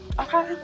Okay